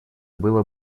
было